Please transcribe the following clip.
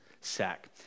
sack